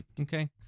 Okay